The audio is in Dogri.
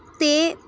ते